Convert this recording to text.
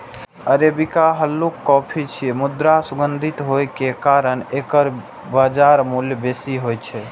arabica हल्लुक coffee छियै, मुदा सुगंधित होइ के कारण एकर बाजार मूल्य बेसी होइ छै